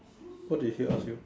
what did she ask you